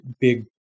big